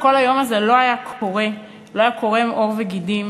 כל היום הזה לא היה קורה ולא קורם עור וגידים